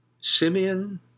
Simeon